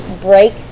break